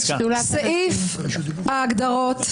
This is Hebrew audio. סעיף ההגדרות,